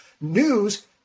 News